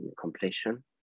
completion